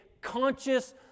conscious